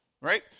right